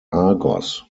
argos